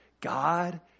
God